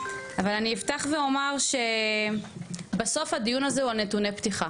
אני אפתח ואומר שבסוף הדיון הוא נתוני הפתיחה,